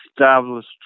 established